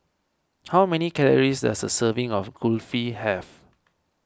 how many calories does a serving of Kulfi have